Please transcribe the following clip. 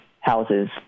houses